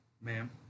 ma'am